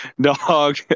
Dog